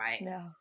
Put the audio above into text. No